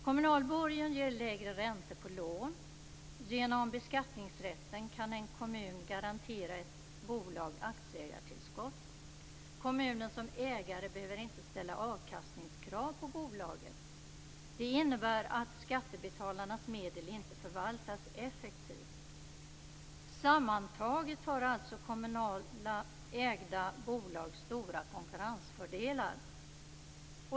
Kommunal borgen ger lägre räntor på lån. Genom beskattningsrätten kan en kommun garantera ett bolag aktieägartillskott. Kommunen som ägare behöver inte ställa avkastningskrav på bolaget. Det innebär att skattebetalarnas medel inte förvaltas effektivt. Sammantaget har alltså kommunalt ägda bolag stora konkurrensfördelar.